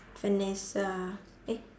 vanessa eh